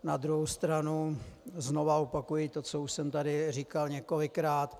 Na druhou stranu znovu opakuji to, co už jsem tady říkal několikrát.